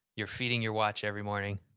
you're feeding your watch every morning.